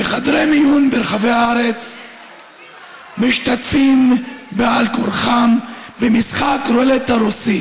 וחדרי מיון ברחבי הארץ משתתפים בעל כורחם במשחק רולטה רוסית